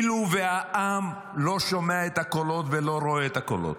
והעם לא שומע את הקולות ולא רואה את הקולות.